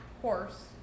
Horse